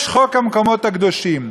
יש חוק המקומות הקדושים.